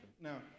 Now